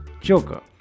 Joker